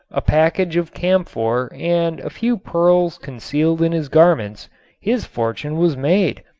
a package of camphor and a few pearls concealed in his garments his fortune was made.